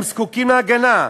הם זקוקים להגנה.